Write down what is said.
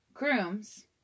grooms